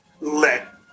let